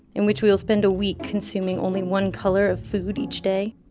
in which we will spend a week consuming only one color of food each day,